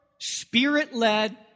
Spirit-led